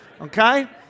okay